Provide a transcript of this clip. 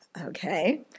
okay